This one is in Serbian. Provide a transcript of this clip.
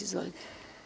Izvolite.